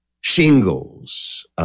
Shingles